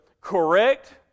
correct